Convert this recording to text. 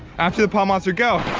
after the pond monster, go.